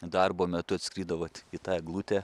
darbo metu atskrido vat į tą eglutę